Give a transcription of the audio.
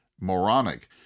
moronic